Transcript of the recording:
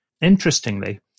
Interestingly